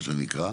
מה שנקרא.